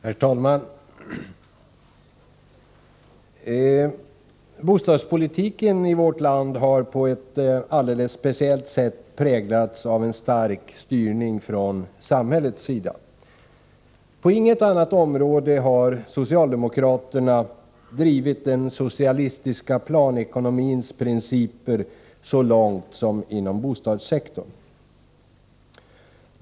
Herr talman! Bostadspolitiken i vårt land har på ett alldeles speciellt sätt präglats av en stark styrning från samhällets sida. På inget annat område har socialdemokraterna drivit den socialistiska planekonomins principer så långt som inom bostadssektorn.